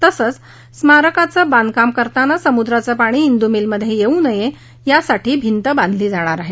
तसंच स्मारकाचं बांधकाम करताना समुद्राचं पाणी इंदू मिलमध्ये येऊ नये यासाठी भिंती बांधली जाणार आहे